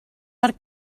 per